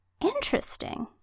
interesting